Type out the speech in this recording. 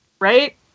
Right